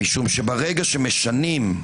משום שברגע שמשנים,